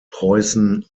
preußen